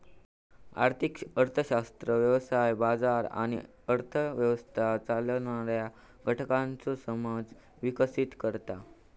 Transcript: आर्थिक अर्थशास्त्र व्यवसाय, बाजार आणि अर्थ व्यवस्था चालवणाऱ्या घटकांचो समज विकसीत करता